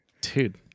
Dude